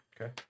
Okay